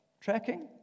Tracking